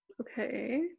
okay